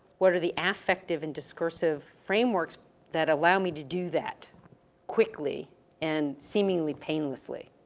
what are the affective and discursive frameworks that allow me to do that quickly and seemingly painlessly